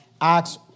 Acts